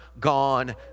gone